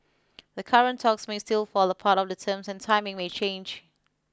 the current talks may still fall apart or the terms and timing may change